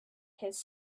his